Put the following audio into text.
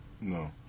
No